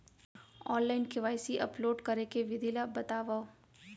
Online KYC upload करे के विधि ला बतावव?